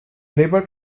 labour